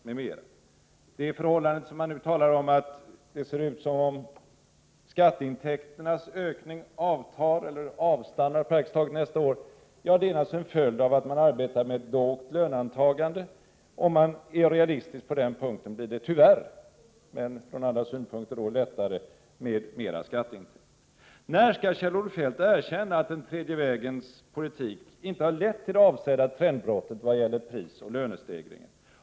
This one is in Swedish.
Det förhållande som finansministern nu talar om, att det ser ut som om skatteintäkternas ökning avtar eller praktiskt taget avstannar nästa år, är naturligtvis en följd av att man arbetar med ett lågt löneantagande. Om man är realistisk på den punkten blir det tyvärr — men från andra synpunkter då — lättare med mera skatteintäkter. När skall Kjell-Olof Feldt erkänna att den tredje vägens politik inte har lett till det avsedda trendbrottet vad gäller prisoch lönestegringen?